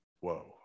Whoa